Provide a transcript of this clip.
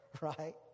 right